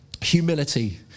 Humility